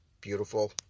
beautiful